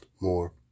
more